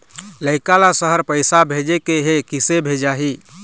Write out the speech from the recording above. लइका ला शहर पैसा भेजें के हे, किसे भेजाही